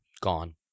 Gone